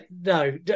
No